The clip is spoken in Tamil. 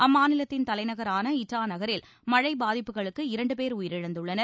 அம்மாநிலத்தின் தலைநகரான இட்டா நகரில் மழை பாதிப்புகளுக்கு இரண்டு பேர் உயிரிழந்துள்ளனர்